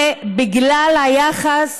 בגלל היחס